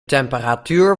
temperatuur